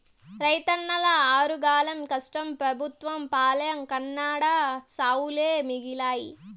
రైతన్నల ఆరుగాలం కష్టం పెబుత్వం పాలై కడన్నా సావులే మిగిలాయి